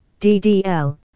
DDL